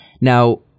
Now